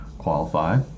qualify